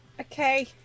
Okay